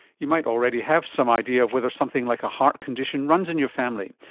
you might already have some idea of whether something like a heart condition runs in your family.